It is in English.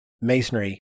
masonry